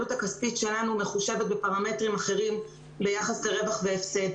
העלות הכספית שלנו מחושבת בפרמטרים אחרים ביחס לרווח והפסד,